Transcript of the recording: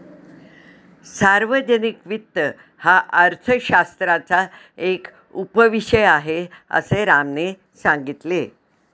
सार्वजनिक वित्त हा अर्थशास्त्राचा एक उपविषय आहे, असे रामने सांगितले